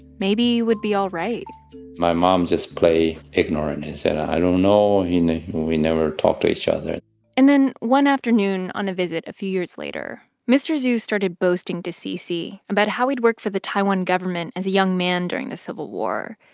maybe it would be all right my mom just played ignorant and said, i don't know. you know we never talk to each other and then one afternoon, on a visit a few years later, mr. zhu started boasting to cc about how he'd worked for the taiwan government as a young man during the civil war.